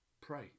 pray